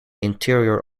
interior